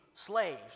slaves